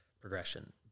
progression